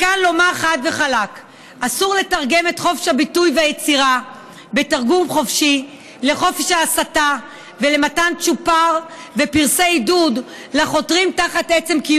נתלו בחופש הביטוי כדי להטביע תעודת הכשר על כל ביטוי,